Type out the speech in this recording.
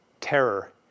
terror